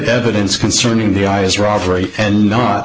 evidence concerning the eyes robbery and not